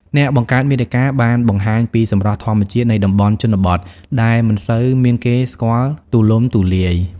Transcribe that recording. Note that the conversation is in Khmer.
អ្នកបង្កើតមាតិកាបានបង្ហាញពី សម្រស់ធម្មជាតិនៃតំបន់ជនបទ ដែលមិនសូវមានគេស្គាល់ទូលំទូលាយ។